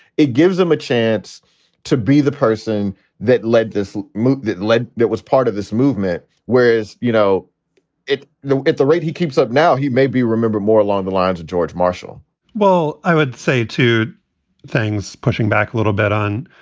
it gives them a chance to be the person that led this move that led. that was part of this movement. whereas you know it at the rate he keeps up now, he may be remembered more along the lines of george marshall well, i would say two things. pushing back a little bit on.